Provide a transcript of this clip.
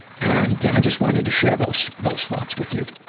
and, ah, i just wanted to share those, those thoughts with you.